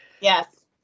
Yes